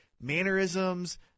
mannerisms